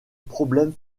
problèmes